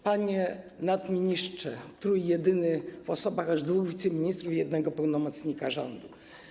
Panie Nadministrze Trójjedyny w osobach aż dwóch wiceministrów i jednego pełnomocnika rządu!